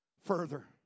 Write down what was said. further